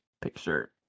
picture